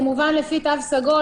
כמובן לפי תו סגול,